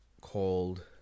called